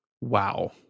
wow